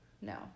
no